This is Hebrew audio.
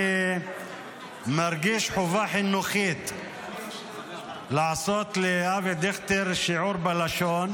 אני מרגיש חובה חינוכית לעשות לאבי דיכטר שיעור בלשון,